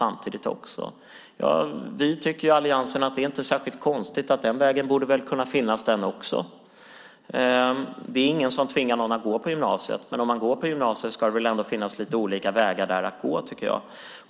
Vi i alliansen tycker att den vägen också borde kunna finnas. Det är ingen som tvingar någon att gå på gymnasiet. Men om man går på gymnasiet ska det väl ändå finnas lite olika vägar där?